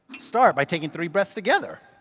start by taking three breaths together